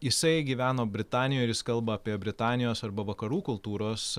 jisai gyveno britanijoj ir jis kalba apie britanijos arba vakarų kultūros